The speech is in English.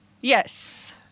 Yes